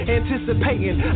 anticipating